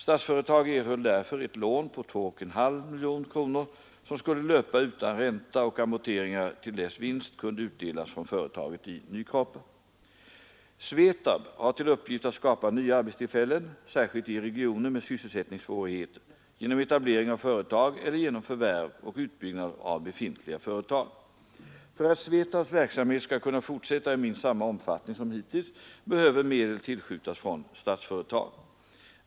Statsföretag erhöll därför ett lån på 2,5 miljoner kronor som skulle löpa utan ränta och amorteringar till dess vinst kunde utdelas från företaget i Nykroppa. SVETAB har till uppgift att skapa nya arbetstillfällen, särskilt i regioner med sysselsättningssvårigheter, genom etablering av företag eller genom förvärv och utbyggnad av befintliga företag. För att SVETAB:s verksamhet skall kunna fortsätta i minst samma omfattning som hittills behöver medel tillskjutas från Statsföretag.